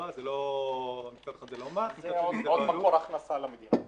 זה עוד מקור הכנסה למדינה.